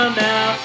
now